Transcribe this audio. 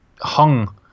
hung